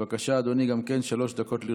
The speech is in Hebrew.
בבקשה, אדוני, גם לרשותך שלוש דקות.